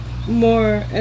more